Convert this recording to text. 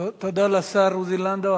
תודה לשר עוזי לנדאו.